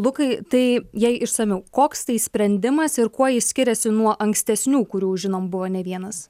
lukai tai jei išsamiau koks tai sprendimas ir kuo jis skiriasi nuo ankstesnių kurių žinom buvo ne vienas